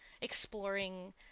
exploring